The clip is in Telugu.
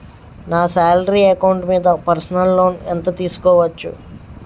నా సాలరీ అకౌంట్ మీద పర్సనల్ లోన్ ఎంత తీసుకోవచ్చు?